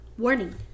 Warning